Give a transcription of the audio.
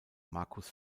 markus